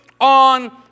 on